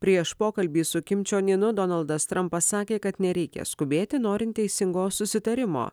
prieš pokalbį su kim čon inu donaldas trampas sakė kad nereikia skubėti norint teisingo susitarimo